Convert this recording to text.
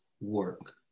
work